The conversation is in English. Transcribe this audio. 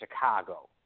Chicago